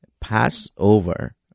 Passover